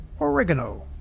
oregano